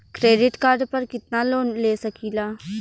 Credit card पर कितनालोन ले सकीला?